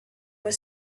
were